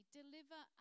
deliver